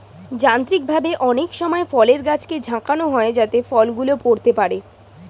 যান্ত্রিকভাবে অনেক সময় ফলের গাছকে ঝাঁকানো হয় যাতে ফল গুলো পড়তে পারে